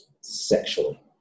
sexually